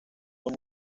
son